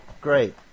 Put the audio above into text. Great